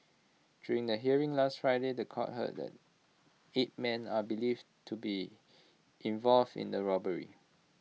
during the hearing last Friday The Court heard that eight men are believed to be involved in the robbery